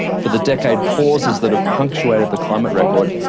for the decade pauses that have punctuated the climate record,